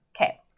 Okay